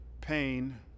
pain